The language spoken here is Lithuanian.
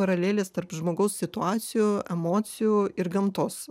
paraleles tarp žmogaus situacijų emocijų ir gamtos